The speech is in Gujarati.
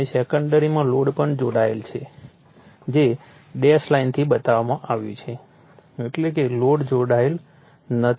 અને સેકન્ડરીમાં લોડ પણ જોડાયેલ છે જે ડૅશ લાઇનથી બતાવવામાં આવ્યું છે એટલે કે લોડ જોડાયેલ નથી